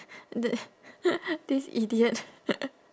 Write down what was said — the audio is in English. the this idiot